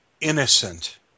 innocent